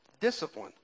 discipline